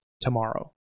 tomorrow